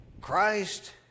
Christ